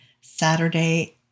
Saturday